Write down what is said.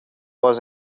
was